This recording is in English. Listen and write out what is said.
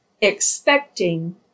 expecting